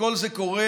וכל זה קורה